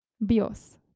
Bios